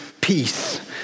peace